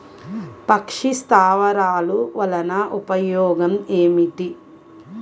పక్షి స్థావరాలు వలన ఉపయోగం ఏమిటి?